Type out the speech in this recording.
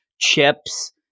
Chips